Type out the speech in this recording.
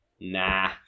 nah